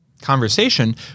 Conversation